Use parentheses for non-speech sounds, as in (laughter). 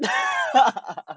(laughs)